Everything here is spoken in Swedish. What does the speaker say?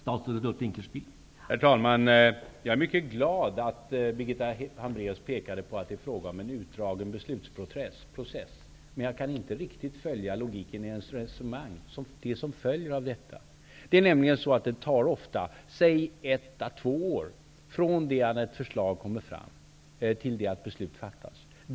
Herr talman! Jag är mycket glad över att Birgitta Hambraeus pekade på att det är fråga om en utdragen beslutsprocess. Men jag kan inte riktigt följa logiken i hennes resonemang om det som följer av detta. Det tar nämligen ofta säg ett á två år från det att ett förslag kommer fram till dess att beslut fattas.